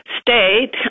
state